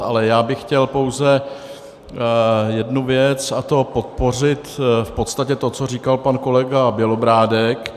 Ale já bych chtěl pouze jednu věc, a to podpořit v podstatě to, co říkal pan kolega Bělobrádek.